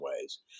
ways